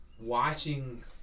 watching